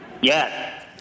Yes